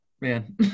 man